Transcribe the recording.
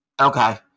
Okay